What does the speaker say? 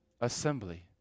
Assembly